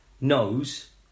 knows